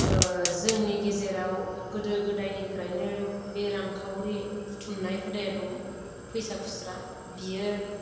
ओ जोंनि गेजेराव गोदो गोदायनिफ्रायनो बे रांखावरि बुथुमनाय हुदाया दङ फैसा खुस्रा बियो